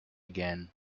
again